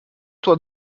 toi